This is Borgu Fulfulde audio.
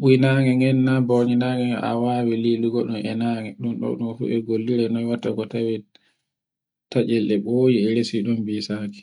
wuy nange gen na bowni nange gen a wawi lilogo ɗun e nawe. Ɗun ɗo ɗun fu e gollirina noy watta ko tawe taccel e boyi ko resi ɗum bisaki.